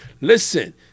Listen